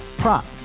Prop